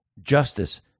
justice